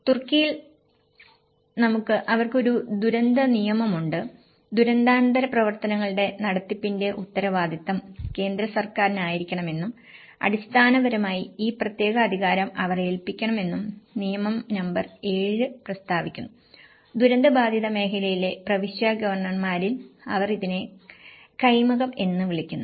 തുർക്കിയിൽ നമുക്കുണ്ട് അവർക്ക് ഒരു ദുരന്തനിയമമുണ്ട് ദുരന്താനന്തര പ്രവർത്തനങ്ങളുടെ നടത്തിപ്പിന്റെ ഉത്തരവാദിത്തം കേന്ദ്ര സർക്കാരിനായിരിക്കണമെന്നും അടിസ്ഥാനപരമായി ഈ പ്രത്യേക അധികാരം അവർ ഏൽപ്പിക്കണമെന്നും നിയമം നമ്പർ 7 പ്രസ്താവിക്കുന്നു ദുരന്ത ബാധിത മേഖലയിലെ പ്രവിശ്യാ ഗവർണർമാരിൽ അവർ ഇതിനെ കൈമകം എന്ന് വിളിക്കുന്നു